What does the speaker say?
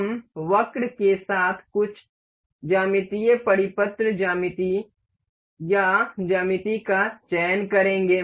हम वक्र के साथ कुछ ज्यामितीय परिपत्र ज्यामिति या ज्यामिति का चयन करेंगे